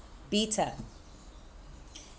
bitter